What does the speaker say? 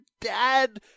dad